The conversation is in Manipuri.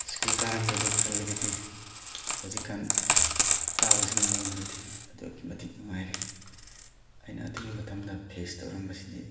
ꯁ꯭ꯀꯨꯜ ꯀꯥꯔꯝꯕꯗꯣ ꯈꯜꯂꯒꯗꯤ ꯍꯧꯖꯤꯛ ꯀꯥꯟ ꯀꯥꯕꯁꯤꯒ ꯌꯦꯡꯉꯨꯔꯗꯤ ꯑꯗꯨꯛꯀꯤ ꯃꯇꯤꯛ ꯅꯨꯡꯉꯥꯏꯔꯦ ꯑꯩꯅ ꯑꯗꯨꯒꯤ ꯃꯇꯝꯗ ꯐꯦꯁ ꯇꯧꯔꯝꯕꯁꯤꯗꯤ